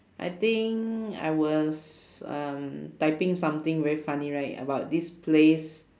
I think I was um typing something very funny right about this place